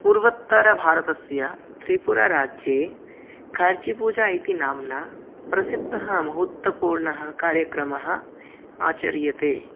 पूर्वोत्तरभारतस्य त्रिपुराराज्ये खार्चिपूजा इति नाम्ना प्रसिद्धः महत्त्वपूर्णकार्यक्रमः आचर्यते